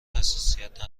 حساسیت